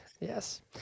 Yes